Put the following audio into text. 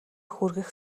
хүргэх